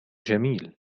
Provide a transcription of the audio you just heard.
جميل